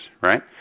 right